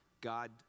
God